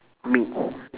meat